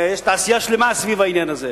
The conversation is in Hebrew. יש תעשייה שלמה סביב העניין הזה.